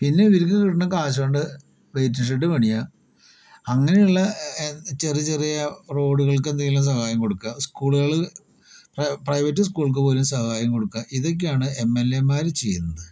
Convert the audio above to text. പിന്നെ ഇവർക്ക് കിട്ടുന്ന കാശുകൊണ്ട് വെയ്റ്റിംഗ് ഷെഡ് പണിയുക അങ്ങനെയുള്ള ചെറിയ ചെറിയ റോഡുകൾക്ക് എന്തെങ്കിലും സഹായം കൊടുക്കുക സ്കൂളുകള് പ്രൈവറ്റ് സ്കൂളുകൾക്ക് പോലും സഹായം കൊടുക്കുക ഇതൊക്കെയാണ് എം എൽ എമാര് ചെയ്യുന്നത്